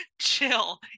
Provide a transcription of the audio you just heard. chill